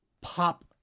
pop